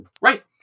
Right